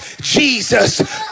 Jesus